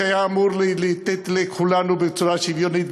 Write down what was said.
שאמורה להינתן לכולנו בצורה שוויונית,